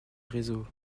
réseau